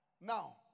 now